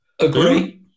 Agree